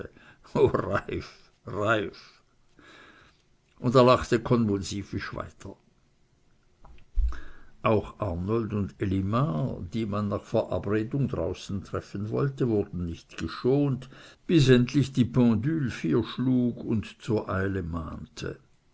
und er lachte konvulsivisch weiter auch arnold und elimar die man nach verabredung draußen treffen wollte wurden nicht geschont bis endlich die pendule vier schlug und zur eile mahnte